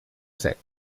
sec